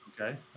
Okay